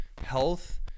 health